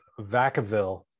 Vacaville